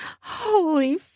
Holy